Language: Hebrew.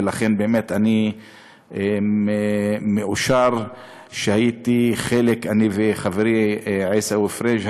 ולכן אני מאושר שאני וחברי עיסאווי פריג'